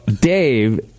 Dave